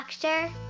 Doctor